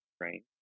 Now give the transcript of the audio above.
Right